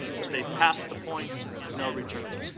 but they have passed the point of no return.